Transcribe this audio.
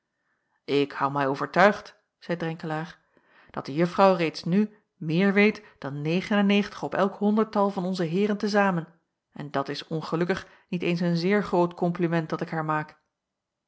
ik hou mij overtuigd zeî drenkelaer dat de juffrouw reeds nu meer weet dan negen en negentig op elk honderdtal van onze heeren te zamen en dat is ongelukkig niet eens een zeer groot kompliment dat ik haar maak